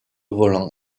volant